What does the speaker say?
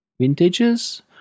vintages